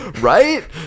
Right